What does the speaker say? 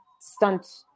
stunt